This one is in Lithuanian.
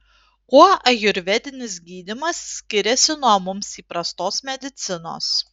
kuo ajurvedinis gydymas skiriasi nuo mums įprastos medicinos